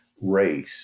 race